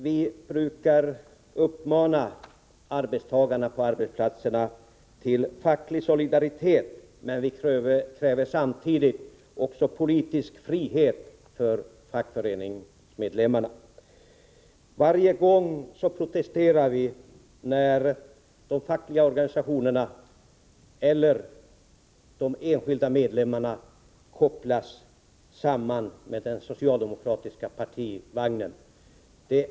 Vi brukar uppmana arbetstagarna på arbetsplatserna till facklig solidaritet, men vi företräder samtidigt också uppfattningen att det skall vara politisk frihet för fackföreningsmedlemmarna. Varje gång när de fackliga organisationerna eller de enskilda medlemmarna kopplas samman med den socialdemokratiska partivagnen protesterar vi.